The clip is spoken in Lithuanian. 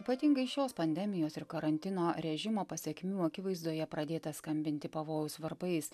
ypatingai šios pandemijos ir karantino režimo pasekmių akivaizdoje pradėta skambinti pavojaus varpais